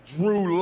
Drew